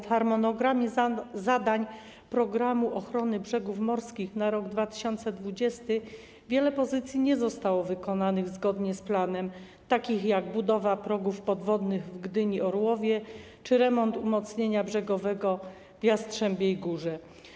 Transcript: Z harmonogramu zadań „Programu ochrony brzegów morskich” na rok 2020 wiele pozycji nie zostało wykonanych zgodnie z planem, takich jak budowa progów podwodnych w Gdyni-Orłowie czy remont umocnienia brzegowego w Jastrzębiej Górze.